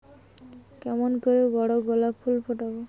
কেমন করে বড় গোলাপ ফুল ফোটাব?